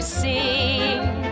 sing